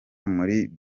muri